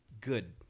good